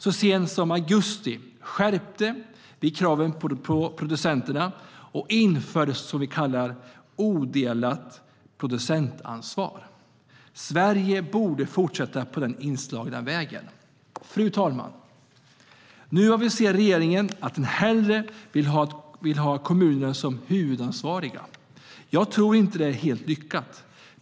Så sent som i augusti skärpte vi kraven på producenterna och införde vad som kallas odelat producentansvar. Sverige borde fortsätta på den inslagna vägen. Fru talman! Nu aviserar regeringen att den hellre vill ha kommunen som huvudansvarig. Jag tror inte att det är helt lyckat.